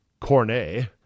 Cornet